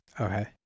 Okay